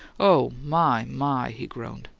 oh, my, my! he groaned.